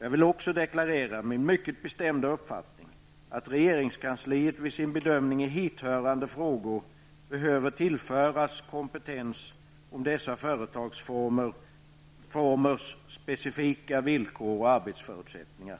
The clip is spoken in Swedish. Jag vill också deklarera min mycket bestämda uppfattning att regeringskansliet i sin bedömning i hithörande frågor behöver tillföras kompetens om dessa företagsformers specifika villkor och arbetsförutsättningar.